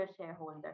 shareholder